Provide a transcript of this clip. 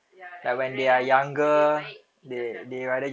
ya like rather lebih baik tinggal kat rumah